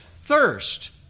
thirst